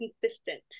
consistent